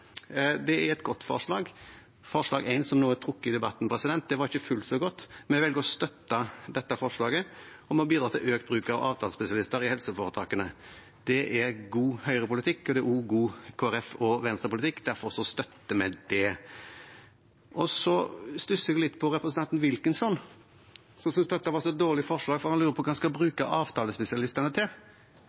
Det er et godt forslag. Forslag nr. 1, som nå er trukket i debatten, var ikke fullt så godt. Vi velger å støtte dette forslaget om å bidra til økt bruk av avtalespesialister i helseforetakene. Det er god Høyre-politikk, og det er også god Kristelig Folkeparti- og Venstre-politikk. Derfor støtter vi det. Så stusser jeg litt på representanten Wilkinson, som syntes dette var et dårlig forslag, og som lurer på hva man skal bruke avtalespesialistene til.